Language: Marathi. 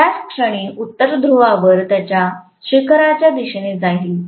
त्याच क्षणी उत्तर ध्रुवावर त्याच्या शिखरच्या दिशेने जाईल